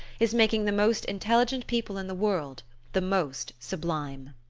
is making the most intelligent people in the world the most sublime.